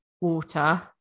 water